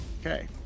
Okay